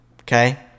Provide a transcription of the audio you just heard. Okay